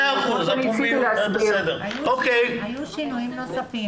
היו שינויים נוספים.